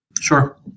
sure